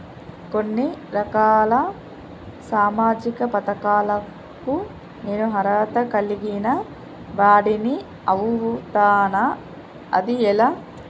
కొన్ని రకాల సామాజిక పథకాలకు నేను అర్హత కలిగిన వాడిని అవుతానా? అది ఎలా?